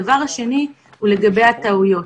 הדבר השני הוא לגבי הטעויות.